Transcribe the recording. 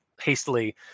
hastily